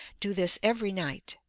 do this every night.